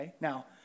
Now